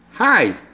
Hi